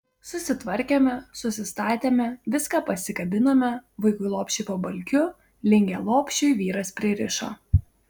susitvarkėme susistatėme viską pasikabinome vaikui lopšį po balkiu lingę lopšiui vyras pririšo